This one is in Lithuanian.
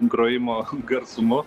grojimo garsumu